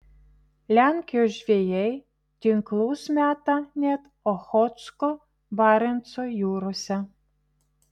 lenkijos žvejai tinklus meta net ochotsko barenco jūrose